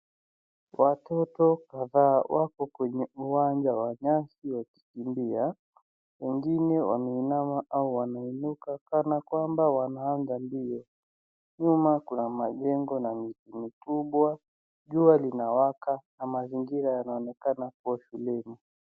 Watoto kadhaa wako kwenye uwanja wa nyasi wakikimbia. Wengine wameinama na wameinuka kana kwamba wanaanza mbio . Nyuma kuna majengo na mitugwa. Jua linawaka na mazingira yanaonekana kuwa shuleni.